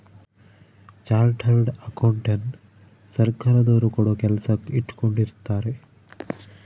chartered ಅಕೌಂಟೆಂಟನ ಸರ್ಕಾರದೊರು ಕೂಡ ಕೆಲಸಕ್ ಇಟ್ಕೊಂಡಿರುತ್ತಾರೆ